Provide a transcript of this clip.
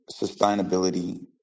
sustainability